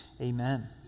amen